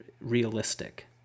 realistic